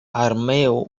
armeo